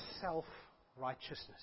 self-righteousness